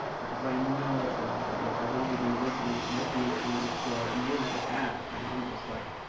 because i know it's a lot of work, i've only been working with you on this for a year and a half, and i'm just like